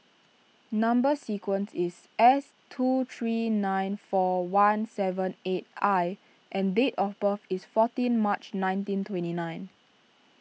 Number Sequence is S two three nine four one seven eight I and date of birth is fourteen March nineteen twenty nine